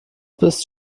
bist